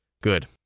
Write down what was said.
Good